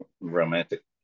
Romantic